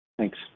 Thanks